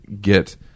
get